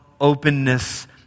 openness